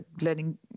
learning